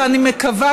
ואני מקווה,